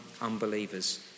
unbelievers